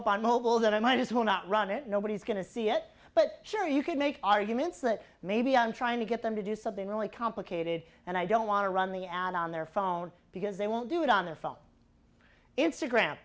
up on mobile that i might as well not run it nobody's going to see it but sure you could make arguments that maybe i'm trying to get them to do something really complicated and i don't want to run the ad on their phone because they won't do it on